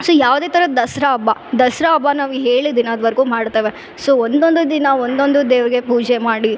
so ಯಾವುದೇ ತಥರದ್ ದಸರಾ ಹಬ್ಬ ದಸರಾ ಹಬ್ಬ ನಾವು ಹೇಳಿದ ದಿನದವರ್ಗು ಮಾಡ್ತೇವೆ ಸೊ ಒಂದೊಂದು ದಿನ ಒಂದೊಂದು ದೇವರಿಗೆ ಪೂಜೆ ಮಾಡಿ